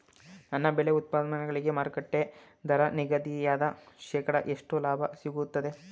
ನನ್ನ ಬೆಳೆ ಉತ್ಪನ್ನಗಳಿಗೆ ಮಾರುಕಟ್ಟೆ ದರ ನಿಗದಿಯಿಂದ ಶೇಕಡಾ ಎಷ್ಟು ಲಾಭ ಸಿಗುತ್ತದೆ?